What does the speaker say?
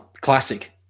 Classic